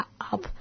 up